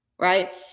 Right